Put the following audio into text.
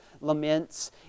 laments